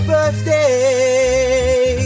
Birthday